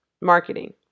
marketing